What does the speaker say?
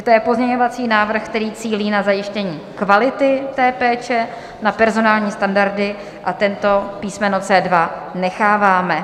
To je pozměňovací návrh, který cílí na zajištění kvality péče, na personální standardy a tento písmeno C2 necháváme.